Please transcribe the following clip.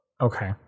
okay